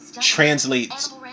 translates